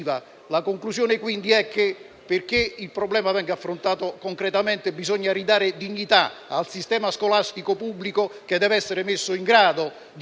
La conclusione, quindi, è che, affinché il problema venga affrontato concretamente, bisogna restituire dignità al sistema scolastico pubblico, che deve essere messo in grado di